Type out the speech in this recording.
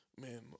Man